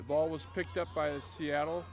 the ball was picked up by a seattle